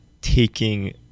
taking